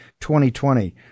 2020